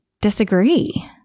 disagree